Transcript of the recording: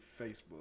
Facebook